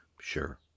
Sure